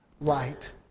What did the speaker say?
light